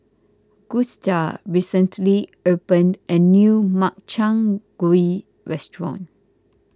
Gusta recently opened a new Makchang Gui Restaurant